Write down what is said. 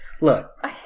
Look